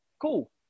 Cool